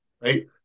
right